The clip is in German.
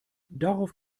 darauf